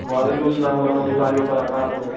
وَعلیکُم سَلام وَرحمَتُ اللہِ وَبَرَکَاتُہ